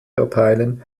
erteilen